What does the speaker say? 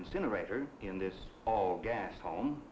incinerator in this all gas home